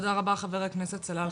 תודה רבה חבר הכנסת חלאלחה.